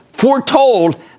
foretold